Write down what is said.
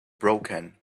broken